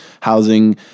housing